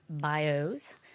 bios